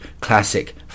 Classic